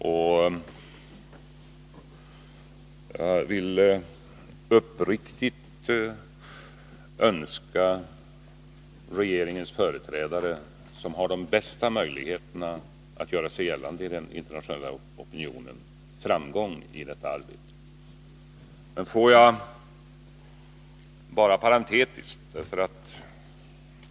Jag vill uppriktigt önska regeringens företrädare, som har de bästa möjligheterna att göra sig gällande i den internationella opinionen, framgång i detta arbete.